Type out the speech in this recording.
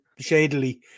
shadily